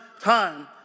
time